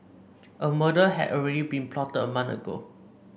a murder had already been plotted a month ago